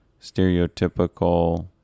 stereotypical